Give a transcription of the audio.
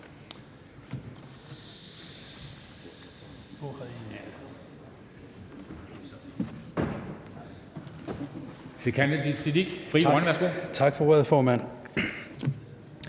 Tak for ordet, formand.